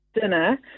dinner